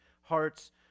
hearts